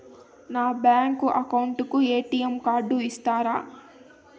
నా bank account కు ATM card ఇస్తారా